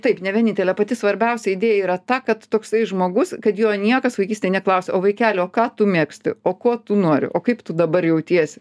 taip ne vienintelė pati svarbiausia idėja yra ta kad toksai žmogus kad jo niekas vaikystėj neklausė o vaikeli o ką tu mėgsti o ko tu nori o kaip tu dabar jautiesi